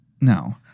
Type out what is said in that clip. no